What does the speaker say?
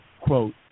quote